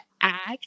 act